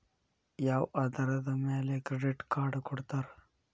ಯಾವ ಆಧಾರದ ಮ್ಯಾಲೆ ಕ್ರೆಡಿಟ್ ಕಾರ್ಡ್ ಕೊಡ್ತಾರ?